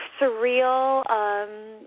surreal